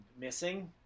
missing